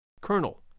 Colonel